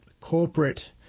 corporate